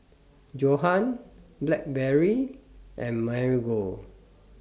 Johan Blackberry and Marigold